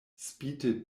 spite